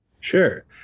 Sure